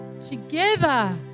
together